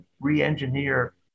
re-engineer